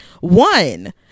one